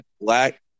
Black